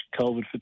COVID